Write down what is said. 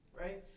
right